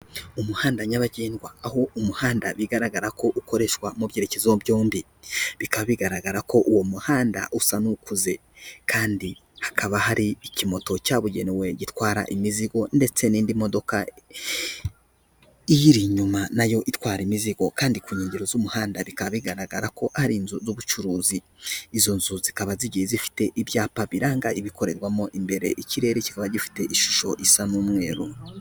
Umuhanda nyabagendwa aho umuhanda bigaragara ko ukoreshwa mu byerekezo byombi, bikaba bigaragara ko uwo muhanda usa n'u ukuze kandi hakaba hari ikimoto cyabugenewe gitwara imizigo ndetse n'indi modoka iyiri inyuma nayo itwara imizigo kandi ku nkengero z'umuhanda bikaba bigaragara ko ari inzu z'ubucuruzi, izo nzu zikaba zigiye zifite ibyapa biranga ibikorerwamo imbere ikirere kikaba gifite ishusho isa n'umweru.